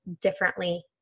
differently